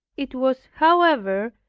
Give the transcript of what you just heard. it was, however,